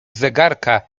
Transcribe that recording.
zegarka